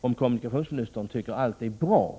om kommunikationsministern tycker att allt är bra.